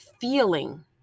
feeling